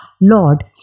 Lord